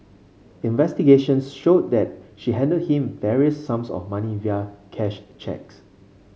investigations showed that she handed to him various sums of money via cash cheques